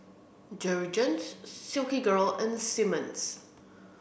Jergens Silkygirl and Simmons